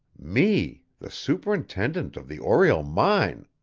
me, the superintendent of the oriel mine!